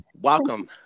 Welcome